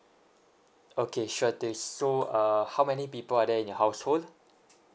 okay sure thing so uh how many people are there in your household